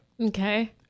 Okay